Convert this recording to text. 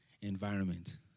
environment